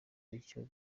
bityo